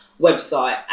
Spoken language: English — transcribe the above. website